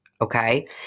okay